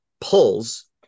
pulls